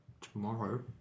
tomorrow